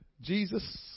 Jesus